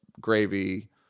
gravy